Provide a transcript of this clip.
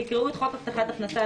יקראו את חוק הבטחת הכנסה,